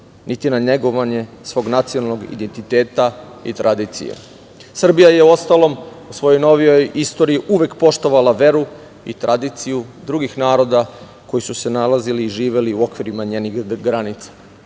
niti na negovanje svog nacionalnog identiteta i tradicije. Srbija je, u ostalom, u svojoj novijoj istoriji uvek poštovala veru i tradiciju drugih naroda koji su se nalazili i živeli u okvirima njenih granica.